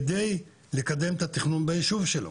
על מנת לקדם את התכנון בישוב שלו.